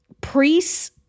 priests